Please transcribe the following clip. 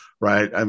right